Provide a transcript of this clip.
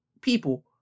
people